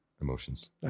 Emotions